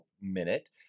minute